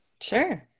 Sure